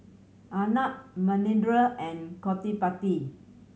Arnab Manindra and Gottipati